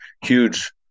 huge